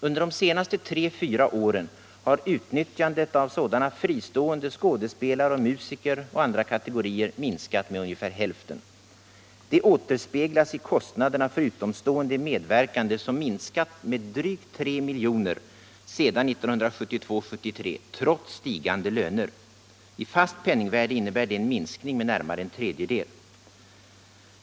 Under de tre fyra åren har utnyttjandet av fristående skådespelare, musiker och andra kategorier minskat med ungefär hälften. Det återspeglas i kostnaderna för utomstående medverkande som minskat med drygt 3 milj.kr. sedan 1972/73 trots stigande löner. I fast penningvärde innebär det en minskning med närmare en tredjedel.